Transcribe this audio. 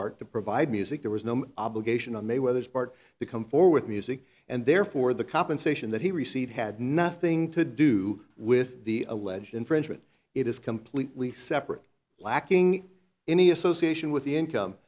spark to provide music there was no obligation on mayweather part become for with music and therefore the compensation that he received had nothing to do with the alleged infringement it is completely separate lacking any association with the income